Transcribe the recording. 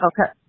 Okay